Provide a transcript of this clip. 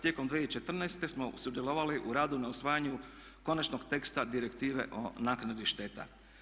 Tijekom 2014. smo sudjelovali u radu na usvajanju konačnog teksta direktive o naknadi šteta.